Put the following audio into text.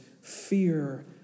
fear